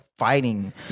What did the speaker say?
fighting